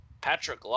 Patrick